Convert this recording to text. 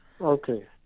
Okay